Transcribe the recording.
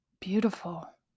beautiful